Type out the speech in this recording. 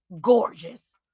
gorgeous